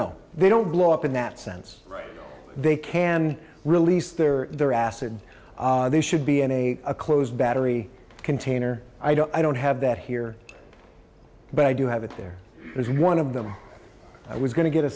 know they don't blow up in that sense they can release their their acid they should be in a a closed battery container i don't i don't have that here but i do have it there was one of them i was going to get a